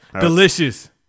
delicious